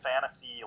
fantasy